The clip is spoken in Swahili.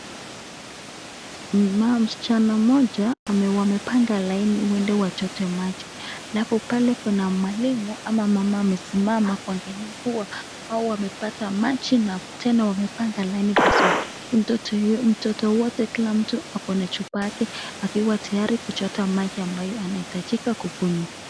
Maa Msichana mmoja wamepanga laini waende wachote maji ,alafu pale Kuna mwalimu ama mama amesimama kuangalia kuwa hao wamepata maji na tena wamepanga lakini vizuri .mtoto wote Kila mtu ako na Chupa yake akiwa tayari kuchota maji ambayo anahitajika kukunywa.